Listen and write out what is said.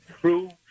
true